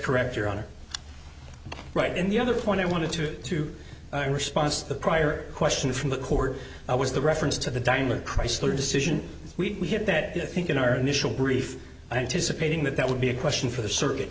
correct your honor right and the other point i wanted to to i respond to the prior question from a cord i was the reference to the diamond chrysler decision we had that the i think in our initial brief anticipating that that would be a question for the circuit